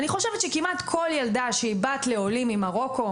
שאני חושבת שכמעט כל ילדה שהיא בת לעולים ממרוקו,